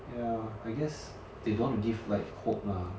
ya I guess they don't want to give like hope lah